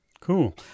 Cool